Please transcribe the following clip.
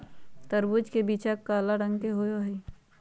तरबूज के बीचा काला रंग के होबा हई